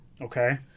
Okay